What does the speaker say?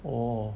orh